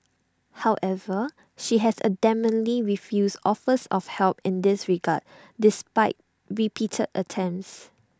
however she has adamantly refused offers of help in this regard despite repeated attempts